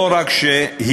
לא רק שהגדרנו,